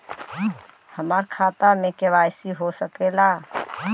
हमार खाता में के.वाइ.सी हो सकेला?